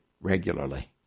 regularly